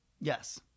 Yes